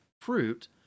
fruit